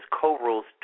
co-rules